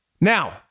Now